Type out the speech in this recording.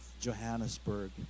Johannesburg